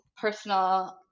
personal